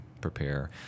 prepare